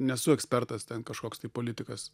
nesu ekspertas ten kažkoks tai politikas